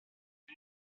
did